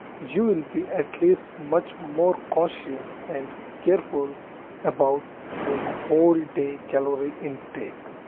you will be at least much more conscious and careful about your whole day calorie intake.